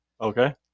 Okay